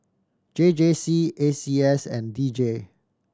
J J C A C S and D J